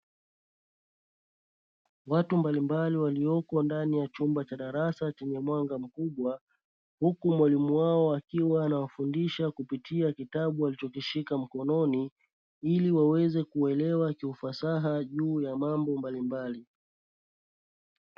Watu mbalimbali walioko ndani ya chumba cha darasa chenye mwanga mkubwa. Huku mwalimu wao akiwa anawafundisha kupitia kitabu alichokishika mkononi, ili waweze kuelewa kiufasaha juu ya mambo mbalimbali.